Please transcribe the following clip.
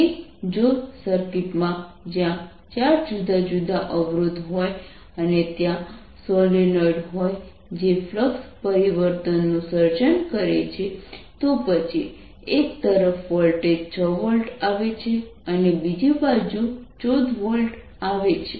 કે જો સર્કિટમાં જ્યાં ચાર જુદા જુદા અવરોધ હોય અને ત્યાં સોલેનોઇડ હોય જે ફ્લક્સ પરિવર્તનનું સર્જન કરે છે તો પછી એક તરફ વોલ્ટેજ 6 વોલ્ટ આવે છે અને બીજી બાજુ 14 વોલ્ટ આવે છે